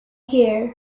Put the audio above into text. here